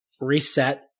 reset